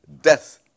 death